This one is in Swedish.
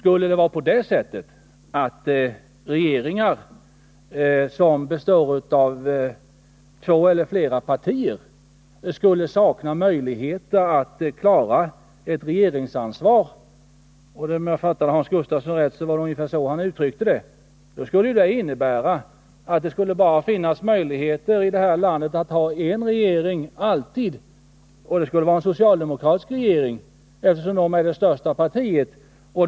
Om det vore så att regeringar som består av två eller flera partier saknade möjligheter att klara ett regeringsansvar — det var ungefär så Hans Gustafsson uttryckte sig — skulle ju det innebära att det här landet kunde ha bara en sorts regering, nämligen en socialdemokratisk, eftersom socialdemokraterna är det största partiet.